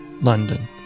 London